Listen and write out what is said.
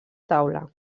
taula